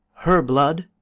her blood?